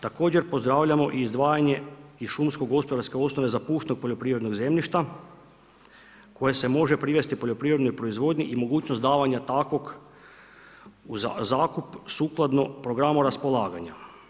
Također pozdravljamo izdvajanje iz šumsko-gospodarske osnove zapuštenog poljoprivrednog zemljišta koje se može privesti poljoprivrednoj proizvodnji i mogućnost davanja takvog u zakup sukladno programu raspolaganja.